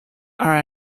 are